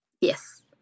Yes